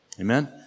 Amen